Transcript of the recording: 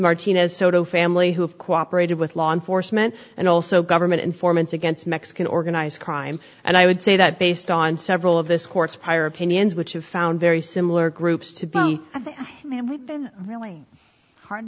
martinez soto family who have cooperated with law enforcement and also government informants against mexican organized crime and i would say that based on several of this court's prior opinions which have found very similar groups to them we've been really hard